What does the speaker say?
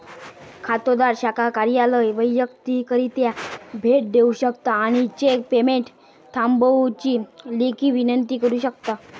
खातोदार शाखा कार्यालयात वैयक्तिकरित्या भेट देऊ शकता आणि चेक पेमेंट थांबवुची लेखी विनंती करू शकता